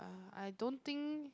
I don't think